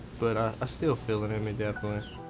but, ah i still feel it um and